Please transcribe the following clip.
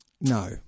No